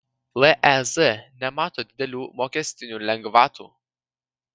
lez nemato didelių mokestinių lengvatų